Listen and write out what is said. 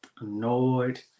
annoyed